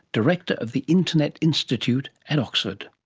director of the internet institute at oxford.